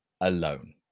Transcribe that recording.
alone